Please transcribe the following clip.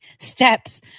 steps